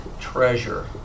treasure